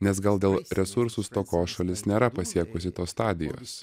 nes gal dėl resursų stokos šalis nėra pasiekusi tos stadijos